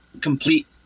complete